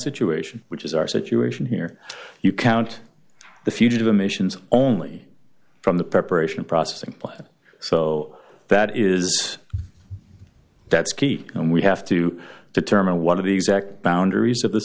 situation which is our situation here you count the fugitive emissions only from the preparation processing plant so that is that's key and we have to determine one of the exact boundaries of the